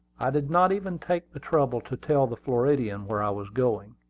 i did not even take the trouble to tell the floridian where i was going.